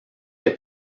est